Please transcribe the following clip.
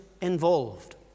involved